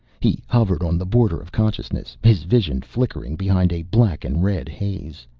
he hovered on the border of consciousness, his vision flickering behind a black and red haze.